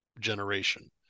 generation